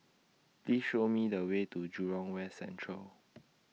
Please Show Me The Way to Jurong West Central